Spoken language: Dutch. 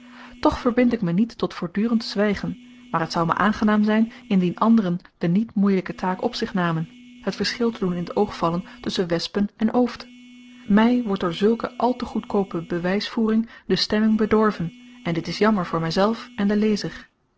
toch verbind ik me niet tot voortdurend zwygen maar t zou me aangenaam zyn indien anderen de niet moeielyke taak op zich namen het verschil te doen in t oog vallen tusschen wespen en ooft my wordt door zulke àl te goedkoope bewysvoering de stemming bedorven en dit is jammer voor myzelf en den lezer